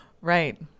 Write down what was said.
Right